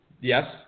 Yes